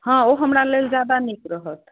हॅं ओ हमरा लेल जादा नीक रहत